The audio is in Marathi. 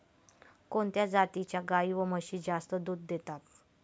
कोणत्या जातीच्या गाई व म्हशी जास्त दूध देतात?